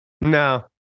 No